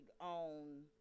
on